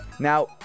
Now